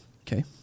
Okay